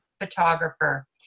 photographer